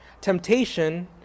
temptation